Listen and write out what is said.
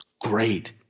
Great